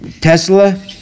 Tesla